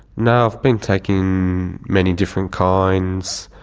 no, i've been taking many different kinds.